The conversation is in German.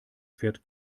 fährt